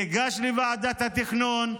תיגש לוועדת התכנון,